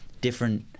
different